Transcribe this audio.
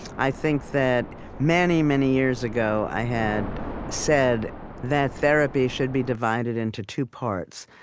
i think that many, many years ago, i had said that therapy should be divided into two parts.